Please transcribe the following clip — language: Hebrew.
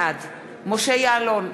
בעד משה יעלון,